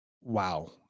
wow